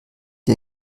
die